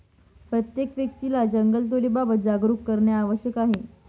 प्रत्येक व्यक्तीला जंगलतोडीबाबत जागरूक करणे आवश्यक आहे